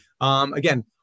Again